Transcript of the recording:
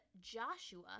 Joshua